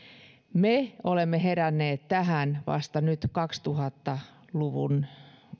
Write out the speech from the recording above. me olemme heränneet tähän vasta nyt kaksituhatta luvun